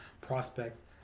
prospect